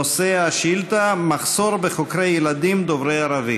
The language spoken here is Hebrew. נושא השאילתה: מחסור בחוקרי ילדים דוברי ערבית.